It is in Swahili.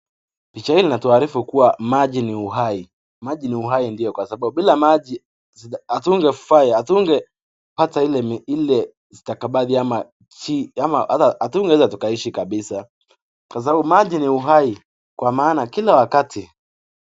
Picha hili linatuarifu maji ni uhai, maji ni uhai ndio, kwasababu bila maji, hatungepata ile stakabadhi ama hatungeweza kuishi kabisa kabisa. kwa sababu maji ni uhai, kwa maana kila wakati..